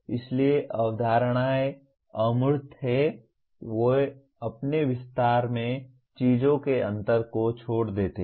इसलिए अवधारणाएं अमूर्त हैं कि वे अपने विस्तार में चीजों के अंतर को छोड़ देते हैं